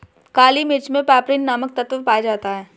काली मिर्च मे पैपरीन नामक तत्व पाया जाता है